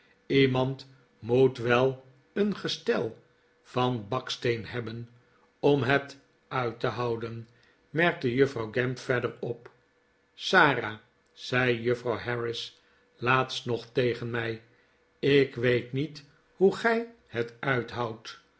iemaiid moet wel een gestel van baksteen hebben om het uit te houden merkte juffrouw gamp verder op sara zei juffrouw harris laatst nog tegen mij ik weet niet hoe gij het uithoudt